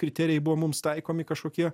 kriterijai buvo mums taikomi kažkokie